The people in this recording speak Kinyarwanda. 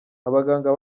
abaganga